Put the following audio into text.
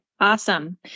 awesome